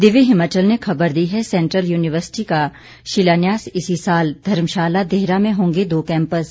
दिव्य हिमाचल ने खबर दी है सेंट्रल यूनिवर्सिटी का शिलान्यास इसी साल धर्मशाला देहरा में होंगे दो कैंपस